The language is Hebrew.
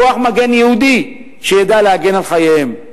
כוח מגן יהודי שידע להגן על חייהם.